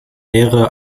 mehrere